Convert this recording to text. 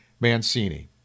Mancini